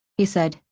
he said,